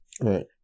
Right